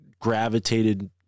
gravitated